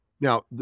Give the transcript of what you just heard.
Now